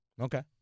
Okay